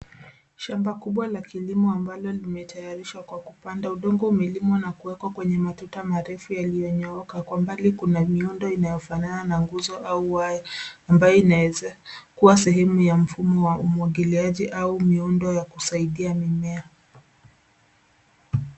Shamba kubwa la kilimo ambalo wa kwa kupanda. Udongo umelimwa na kuwekwa kwenye matuta marefu yaliyonyooka. Kwa mbali kuna miundo inayofanana na nguzo au waya ambayo inaweza kuwa sehemu ya mfumo.wa umwangiliaji au muundo wa kusaidia mimea.